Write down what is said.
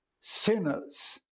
sinners